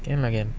can lah can